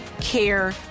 care